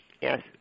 yes